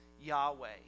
Yahweh